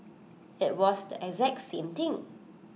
IT was the exact same thing